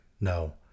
No